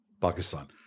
Pakistan